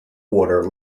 water